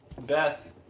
Beth